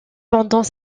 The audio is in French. pendant